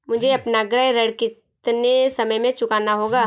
मुझे अपना गृह ऋण कितने समय में चुकाना होगा?